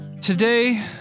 Today